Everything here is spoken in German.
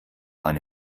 eine